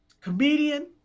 comedian